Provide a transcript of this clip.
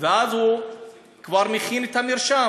אז הוא כבר מכין את המרשם.